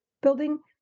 building